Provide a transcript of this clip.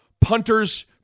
punters